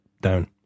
down